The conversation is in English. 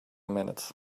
minute